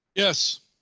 yes,